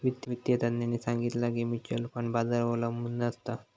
वित्तिय तज्ञांनी सांगितला की म्युच्युअल फंड बाजारावर अबलंबून असता